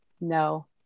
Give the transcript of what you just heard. no